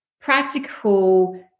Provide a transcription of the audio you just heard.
practical